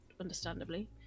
understandably